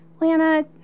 Lana